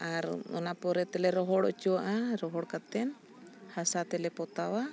ᱟᱨ ᱚᱱᱟ ᱯᱚᱨᱮ ᱛᱮᱞᱮ ᱨᱚᱦᱚᱲ ᱚᱪᱚᱣᱟᱜᱼᱟ ᱨᱚᱦᱚᱲ ᱠᱟᱛᱮᱱ ᱦᱟᱥᱟ ᱛᱮᱞᱮ ᱯᱚᱛᱟᱣᱟ